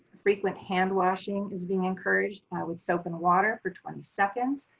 frequent hand washing is being encouraged with soap and water for twenty seconds.